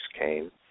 came